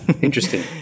interesting